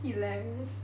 this is hilarious